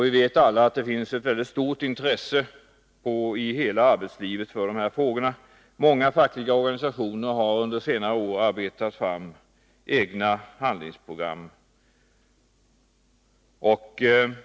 Vi vet alla att det i hela arbetslivet finns ett stort intresse för dessa frågor. Många fackliga organisationer har under senare år arbetat fram egna handlingsprogram.